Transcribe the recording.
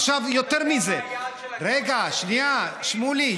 עכשיו, יותר מזה, רגע, שנייה, שמולי.